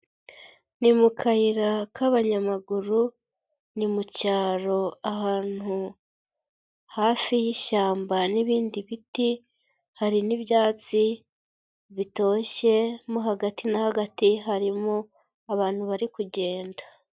Ni mu kayira k'abanyamaguru, ni mu cyaro ahantu, hafi y'ishyamba n'ibindi biti, hari n'ibyatsi, bitoshye, mo hagati na hagati harimo abantu bari kugenda.